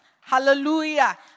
Hallelujah